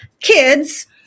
kids